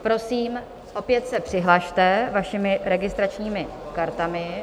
Prosím, opět se přihlaste vašimi registračními kartami.